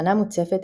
כשהתחנה מוצפת,